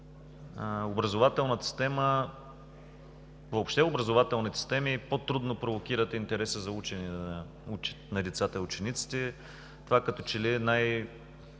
образователната система – въобще образователните системи, по-трудно провокират интереса за учене на децата и учениците. Като че ли това